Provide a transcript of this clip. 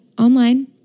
online